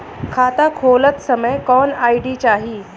खाता खोलत समय कौन आई.डी चाही?